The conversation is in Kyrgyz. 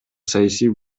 саясий